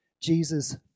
Jesus